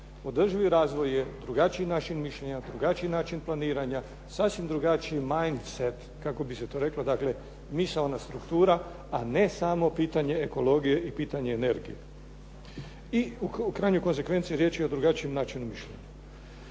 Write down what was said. održivi razvoj je drugačiji način mišljenja, drugačiji način planiranja, sasvim drugačiji mein set kako bi se to reklo. Dakle, misaona struktura a ne samo pitanje ekologije i pitanje energije. I u krajnjoj konsekvenci riječ je o drugačijem načinu mišljenja.